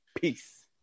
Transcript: Peace